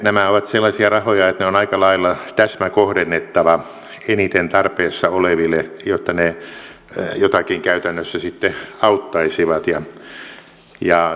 nämä ovat sellaisia rahoja että ne on aika lailla täsmäkohdennettava eniten tarpeessa oleville jotta ne jotakin käytännössä sitten auttaisivat